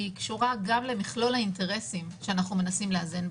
קשורה גם למכלול האינטרסים שביניהם אנחנו מנסים לאזן,